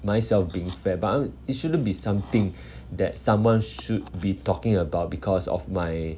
myself being fat but I it shouldn't be something that someone should be talking about because of my